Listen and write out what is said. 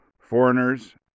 Foreigners